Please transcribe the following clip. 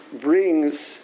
brings